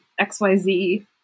XYZ